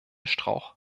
strauch